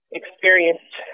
experienced